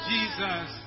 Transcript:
Jesus